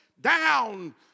down